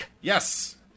Yes